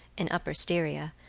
in upper styria,